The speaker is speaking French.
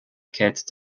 quête